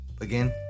Again